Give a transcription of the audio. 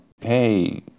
Hey